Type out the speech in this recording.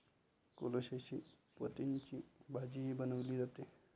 कोलोसेसी पतींची भाजीही बनवली जाते